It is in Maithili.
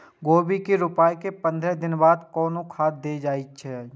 गोभी के रोपाई के पंद्रह दिन बाद कोन खाद दे के चाही?